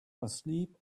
asleep